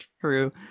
true